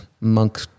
Monk